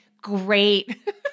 great